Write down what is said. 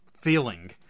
feeling